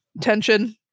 tension